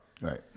Right